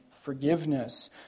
Forgiveness